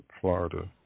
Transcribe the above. Florida